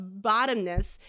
bottomness